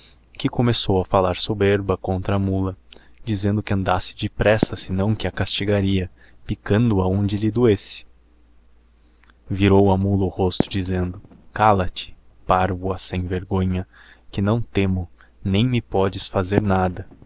que começou a fallar soberba contra a mula dizendo que andasse depressa senão que a castigaria picando a onde lhe doesse virou a mula o rosto dizendo calla te parvoa sem vergonha que não temo nem me podes fazer nada